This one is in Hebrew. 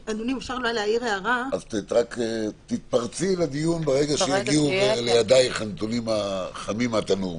אז רק תתפרצי לדיון ברגע שיגיעו לידייך הנתונים החמים מהתנור.